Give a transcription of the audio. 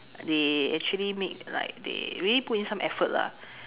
they actually make like they really put in some effort lah